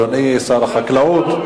אדוני שר החקלאות,